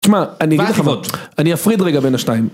תשמע, אני אגיד לך מה, אני אפריד רגע בין השתיים.